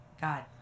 God